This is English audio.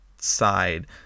side